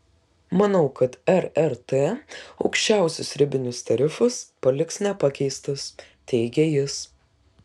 manau kad rrt aukščiausius ribinius tarifus paliks nepakeistus teigia jis